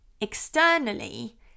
externally